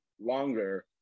longer